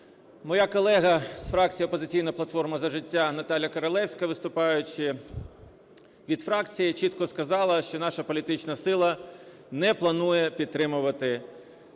Моя колега з фракції "Опозиційна платформа – За життя" Наталя Королевська, виступаючи від фракції, чітко сказала, що наша політична сила не планує підтримувати зазначений